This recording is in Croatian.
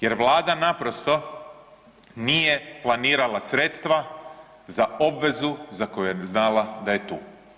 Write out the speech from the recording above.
Jer Vlada naprosto nije planirala sredstva za obvezu za koju je znala da je tu.